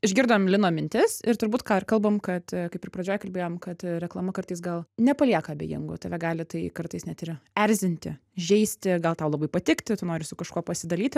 išgirdom lino mintis ir turbūt ką ir kalbam kad kaip ir pradžioj kalbėjom kad reklama kartais gal nepalieka abejingų tave gali tai kartais net ir erzinti žeisti gal tau labai patikti tu nori su kažkuo pasidalyti